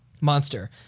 monster